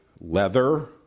leather